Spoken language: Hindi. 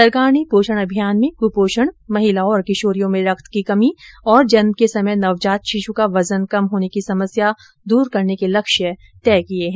सरकार ने पोषण अभियान में क्पोषण महिलाओं और किशोरियों में रक्त की कमी और जन्म के समय नवजात शिश् का वजन कम होने की समस्या दूर करने के लक्ष्य तय किए हैं